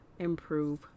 improve